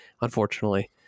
unfortunately